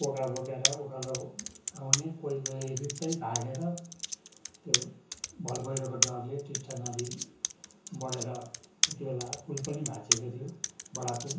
पोका बोकेर उक्कालो आउने कोही कोही रित्तै भागेर त्यो भल पहिरोको डरले टिस्टा नदी बढेर त्यति बेला पुल पनि भाँच्चिएको थियो बडा पुल